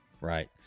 right